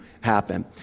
happen